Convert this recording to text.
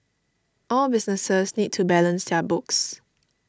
all businesses need to balance their books